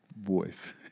Voice